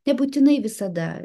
nebūtinai visada